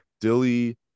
Dilly